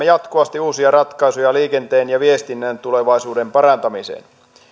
jatkuvasti uusia ratkaisuja liikenteen ja viestinnän tulevaisuuden parantamiseen